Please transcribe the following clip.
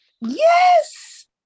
yes